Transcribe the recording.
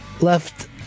left